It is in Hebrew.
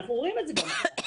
אנחנו רואים את זה גם עכשיו.